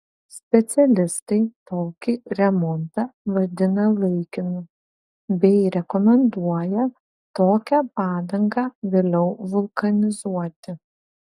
specialistai tokį remontą vadina laikinu bei rekomenduoja tokią padangą vėliau vulkanizuoti